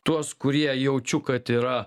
tuos kurie jaučiu kad yra